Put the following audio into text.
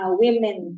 women